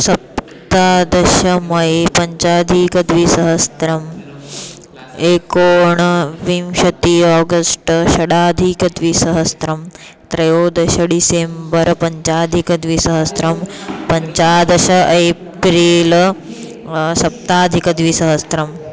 सप्तदश मै पञ्चाधिकद्विसहस्रम् एकोनविंशतिः आगस्ट् षडधिकद्विसहस्रं त्रयोदश डिसेम्बर् पञ्चाधिकद्विसहस्रं पञ्चदश एप्रील् सप्ताधिकद्विसहस्रम्